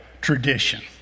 tradition